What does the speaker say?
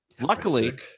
Luckily